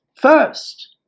first